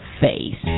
face